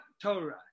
Torah